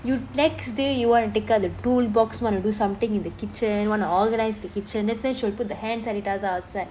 you next day you want to take out the toolbox want to do something in the kitchen want to organise the kitchen then she'll put the hand sanitiser outside